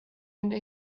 into